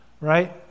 right